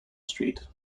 street